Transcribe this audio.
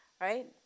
right